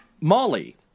Molly